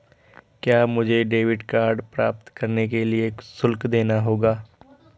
क्या मुझे debit card प्राप्त करने के लिए शुल्क देना होगा?